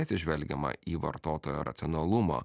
atsižvelgiama į vartotojo racionalumą